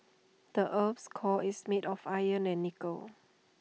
the Earth's core is made of iron and nickel